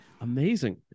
amazing